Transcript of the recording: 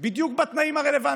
בדיוק בתנאים הרלוונטיים?